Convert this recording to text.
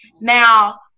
Now